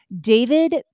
David